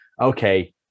okay